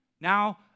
Now